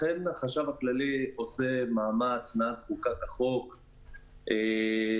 החשב הכללי עושה מאמץ מאז נחקק החוק והתכנסנו